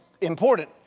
important